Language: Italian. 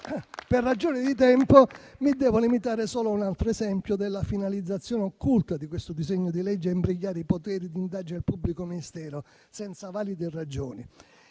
Per ragioni di tempo mi devo limitare solo a un altro esempio della finalizzazione occulta di questo disegno di legge, quella di imbrigliare i poteri di indagine del pubblico ministero senza valide ragioni.